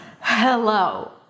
Hello